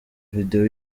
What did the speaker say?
videwo